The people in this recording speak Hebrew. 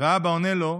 ואבא עונה לו: